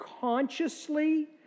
consciously